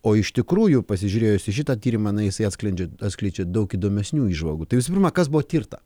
o iš tikrųjų pasižiūrėjus į šitą tyrimą na jisai atskleidžia atskleidžia daug įdomesnių įžvalgų tai visų pirma kas buvo tirta